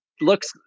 Looks